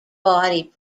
body